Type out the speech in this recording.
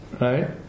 Right